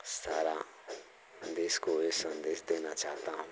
सारा देश को ये सन्देश देना चाहता हूँ